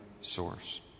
source